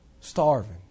Starving